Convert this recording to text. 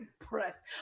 impressed